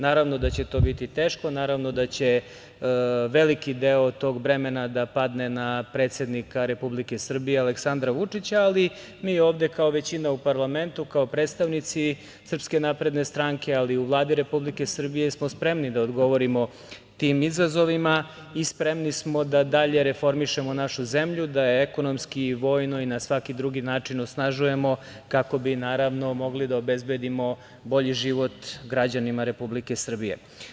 Naravno da će to biti teško, naravno da će veliki deo tog bremena da padne na predsednika Republike Srbije Aleksandra Vučića, ali mi ovde, kao većina u parlamentu, kao predstavnici SNS, ali i u Vladi Republike Srbije smo spremni da odgovorimo tim izazovima i spremni smo da dalje reformišemo našu zemlju, da je ekonomski, vojno i na svaki drugi način osnažujemo, kako bi, naravno, mogli da obezbedimo bolji život građanima Republike Srbije.